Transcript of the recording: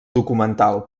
documental